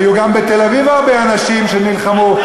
היו גם בתל-אביב הרבה אנשים שנלחמו.